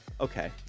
Okay